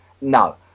No